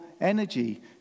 energy